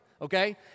okay